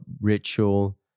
ritual